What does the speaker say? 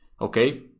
Okay